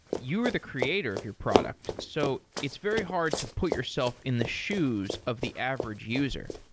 you're the creator of your product. so it's very hard to put yourself in the shoes of the average user.